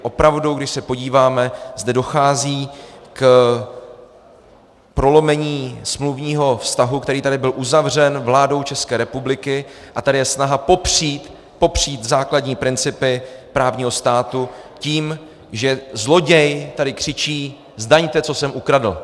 Opravdu, když se podíváme, zde dochází k prolomení smluvního vztahu, který tady byl uzavřen vládou České republiky, a tady je snaha popřít základní principy právního státu tím, že zloděj tady křičí: Zdaňte, co jsem ukradl!